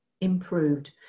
improved